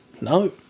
No